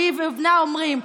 שהיא ובנה אומרים,